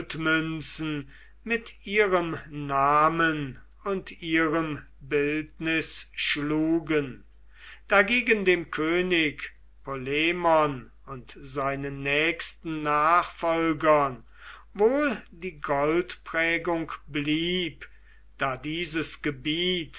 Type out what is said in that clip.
mit ihrem namen und ihrem bildnis schlugen dagegen dem könig polemon und seinen nächsten nachfolgern wohl die goldprägung blieb da dieses gebiet